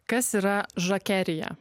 kas yra žakerija